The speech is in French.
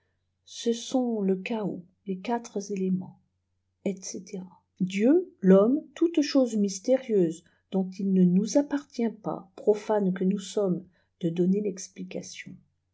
ce sont le chaos les quatre éléments etc dieu l'homme toutes choses mystérieuses dont il ne nous appartient pas profanes que nous sommes de donner l'explication